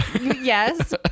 Yes